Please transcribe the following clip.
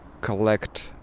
collect